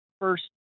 first